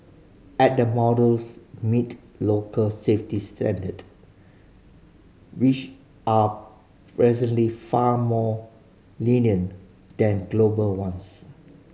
at the models meet local safety standard which are presently far more lenient than global ones